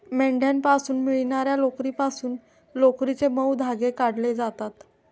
मेंढ्यांपासून मिळणार्या लोकरीपासून लोकरीचे मऊ धागे काढले जातात